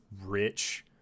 rich